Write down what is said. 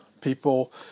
People